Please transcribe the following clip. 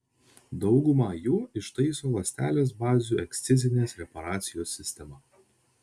daugumą jų ištaiso ląstelės bazių ekscizinės reparacijos sistema